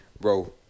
Bro